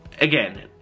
again